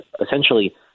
essentially